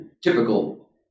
typical